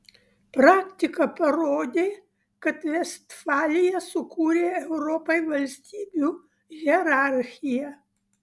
praktika parodė kad vestfalija sukūrė europai valstybių hierarchiją